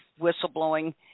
whistleblowing